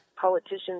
politicians